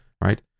right